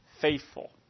faithful